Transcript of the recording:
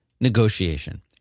negotiation